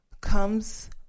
comes